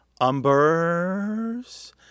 umbers